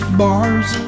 bars